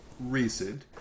recent